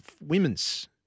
women's